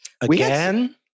Again